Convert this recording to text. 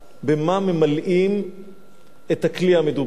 במה ממלאים את הכלי המדובר.